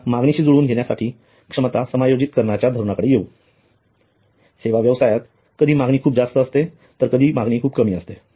आता मागणीशी जुळवून घेण्यासाठी क्षमता समायोजित करण्याच्या धोरणांकडे येऊ सेवा व्यवसायात कधी मागणी खूप जास्त असते आणि कधी मागणी खूप कमी असते